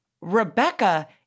Rebecca